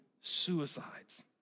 suicides